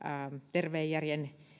terveen järjen